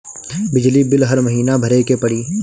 बिजली बिल हर महीना भरे के पड़ी?